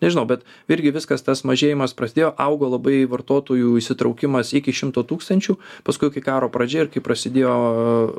nežinau bet irgi viskas tas mažėjimas prasidėjo augo labai vartotojų įsitraukimas iki šimto tūkstančių paskui kai karo pradžia ir kai prasidėjo